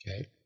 Okay